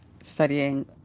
studying